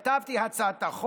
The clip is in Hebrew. בשקט בשקט לחלק את מה שצריך לחלק.